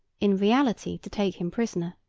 in reality to take him prisoner,